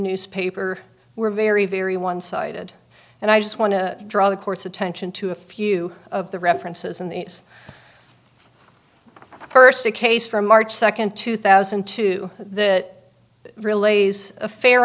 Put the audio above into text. newspaper were very very one sided and i just want to draw the court's attention to a few of the references in these first the case from march second two thousand and two the relays a fair